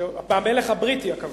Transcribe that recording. המלך הבריטי, הכוונה.